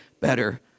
better